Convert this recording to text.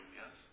yes